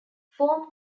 form